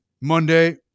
Monday